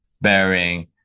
bearing